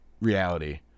reality